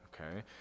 okay